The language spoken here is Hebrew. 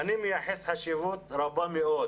אני מייחס חשיבות רבה מאוד